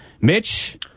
Mitch